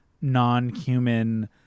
non-human